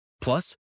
Plus